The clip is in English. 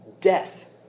death